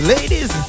Ladies